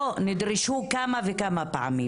לא, נדרשו כמה וכמה פעמים.